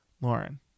Lauren